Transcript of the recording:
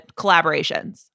collaborations